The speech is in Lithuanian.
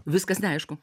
viskas neaišku